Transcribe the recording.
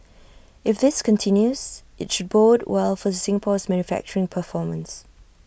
if this continues IT should bode well for Singapore's manufacturing performance